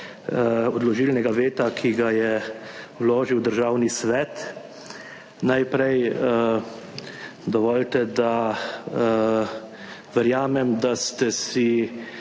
odložilnega veta, ki ga je vložil Državni svet. Najprej dovolite, da, verjamem, da ste si